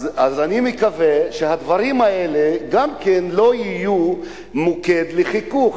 אני מקווה שהדברים האלה גם כן לא יהיו מוקד לחיכוך,